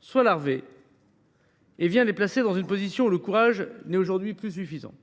soit larvée, ce qui les place dans une position dans laquelle le courage n’est, aujourd’hui, plus suffisant.